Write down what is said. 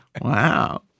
Wow